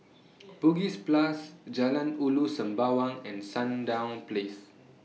Bugis Plus Jalan Ulu Sembawang and Sandown Place